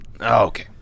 Okay